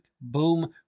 boom